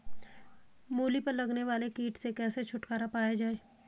मूली पर लगने वाले कीट से कैसे छुटकारा पाया जाये?